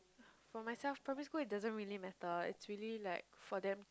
for myself primary school it doesn't really matter it's really like for them